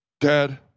Dad